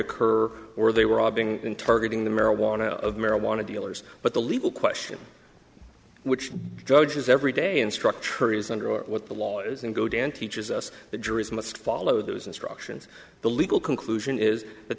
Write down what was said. occur or they were robbing and targeting the marijuana of marijuana dealers but the legal question which judges every day in structure is under what the law is and go down teaches us that juries must follow those instructions the legal conclusion is that